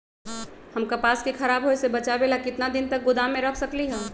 हम कपास के खराब होए से बचाबे ला कितना दिन तक गोदाम में रख सकली ह?